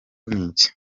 n’iki